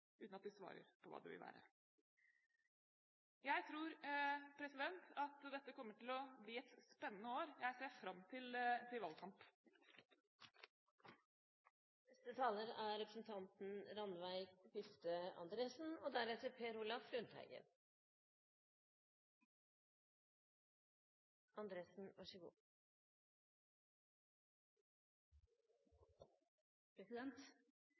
uten at de svarer på hva det vil være. Jeg tror at dette kommer til å bli et spennende år. Jeg ser fram til valgkampen. Jeg er stolt over å representere et feministisk parti i denne sal. Jeg er